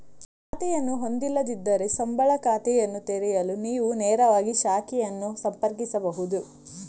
ಖಾತೆಯನ್ನು ಹೊಂದಿಲ್ಲದಿದ್ದರೆ, ಸಂಬಳ ಖಾತೆಯನ್ನು ತೆರೆಯಲು ನೀವು ನೇರವಾಗಿ ಶಾಖೆಯನ್ನು ಸಂಪರ್ಕಿಸಬಹುದು